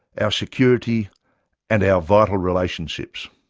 our security and our vital relationships.